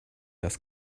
das